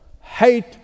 hate